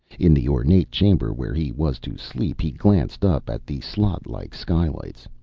in the ornate chamber where he was to sleep, he glanced up at the slot-like skylights.